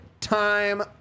time